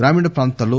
గ్రామీణ ప్రాంతాల్లో